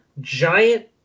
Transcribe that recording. giant